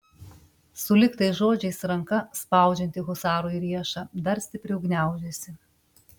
sulig tais žodžiais ranka spaudžianti husarui riešą dar stipriau gniaužėsi